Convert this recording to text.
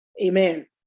Amen